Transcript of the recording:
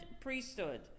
priesthood